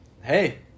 hey